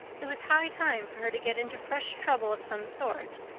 it was high time for her to get into fresh trouble of some sort,